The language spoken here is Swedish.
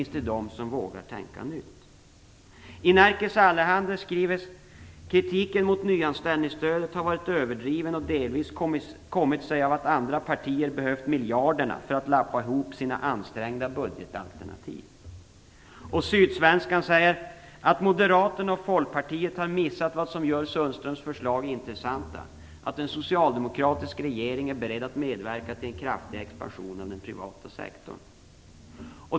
Nerikes Allehanda skriver att "kritiken mot nyanställningsstödet har varit överdriven och delvis kommit sig av att andra partier behövt miljarderna för att lappa ihop sina ansträngda budgetalternativ". Sydsvenskan skriver att "moderaterna och folkpartiet har missat vad som gör Sundströms förslag intressanta - att en socialdemokratisk regering är beredd att medverka till en kraftig expansion av den privata sektorn".